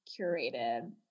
curated